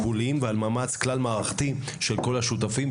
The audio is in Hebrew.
ועל מאמץ כלל מערכתי של כל השותפים.